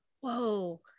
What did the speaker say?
whoa